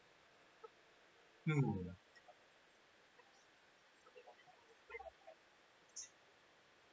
mm